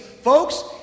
Folks